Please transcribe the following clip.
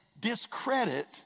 discredit